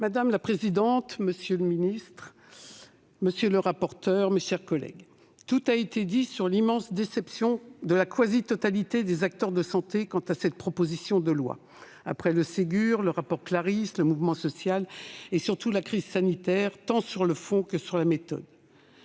Madame la présidente, monsieur le ministre, mes chers collègues, tout a été dit sur l'immense déception de la quasi-totalité des acteurs de santé quant à cette proposition de loi- après le Ségur, le rapport Claris, le mouvement social et surtout la crise sanitaire -, tant sur le fond que sur la méthode.